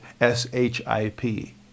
S-H-I-P